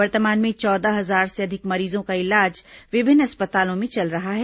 वर्तमान में चौदह हजार से अधिक मरीजों का इलाज विभिन्न अस्पतालों में चल रहा है